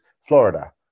Florida